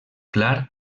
clar